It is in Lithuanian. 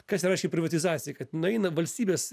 kas yra šiaip privatizacija kad nueina valstybės